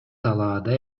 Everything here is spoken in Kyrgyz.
талаада